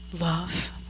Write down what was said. Love